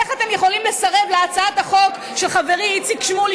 איך אתם יכולים לסרב להצעת החוק של חברי איציק שמולי,